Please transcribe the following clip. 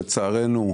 לצערנו,